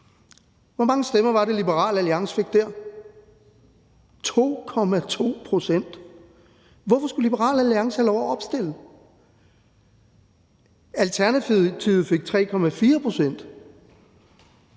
Hvor mange stemmer var det, Liberal Alliance fik der? 2,2 pct. Hvorfor skulle Liberal Alliance have lov at opstille? Alternativet fik 3,4 pct.,